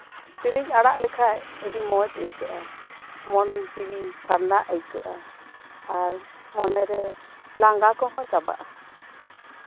ᱥᱮᱨᱮᱧ ᱟᱲᱟᱜ ᱞᱮᱠᱷᱟᱱ ᱟᱹᱰᱤ ᱢᱚᱸᱡ ᱟᱹᱭᱠᱟᱹᱜᱼᱟ ᱢᱚᱱ ᱡᱤᱣᱤ ᱯᱷᱟᱨᱱᱟ ᱟᱭᱠᱟᱹᱜᱼᱟ ᱟᱨ ᱢᱚᱱᱮᱨᱮ ᱞᱟᱸᱜᱟ ᱠᱚᱸᱦᱚ ᱪᱟᱵᱟᱜᱼᱟ